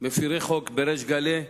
מפירי חוק בריש גלי,